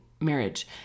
marriage